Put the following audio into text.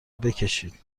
بکشید